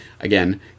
again